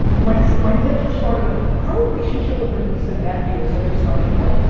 my my answer started with, her relationship with her niece and nephew is a good starting point.